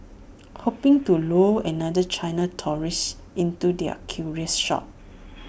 hoping to lure another China tourist into their curio shops